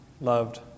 loved